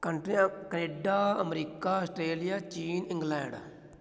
ਕੰਟਰੀਆਂ Canada America Australia ਚੀਨ England